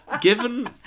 Given